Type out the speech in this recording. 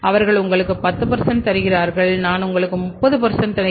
அவர்கள் உங்களுக்கு 10 தருகிறார்கள் நான் உங்களுக்கு 30 தருகிறேன்